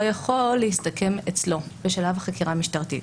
יכול להסתכם אצלו בשלב החקירה המשטרתית.